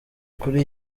kuri